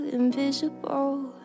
invisible